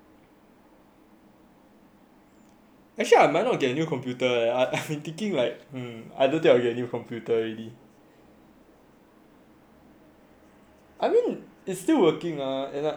actually I might not get a new computer !aiya! I thinking like !huh! I don't think I'll get a new computer already I mean it's still working lah and like all I do is Youtube